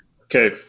okay